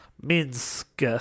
Minsk